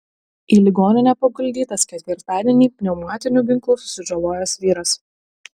į ligoninę paguldytas ketvirtadienį pneumatiniu ginklu susižalojęs vyras